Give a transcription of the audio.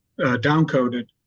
downcoded